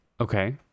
Okay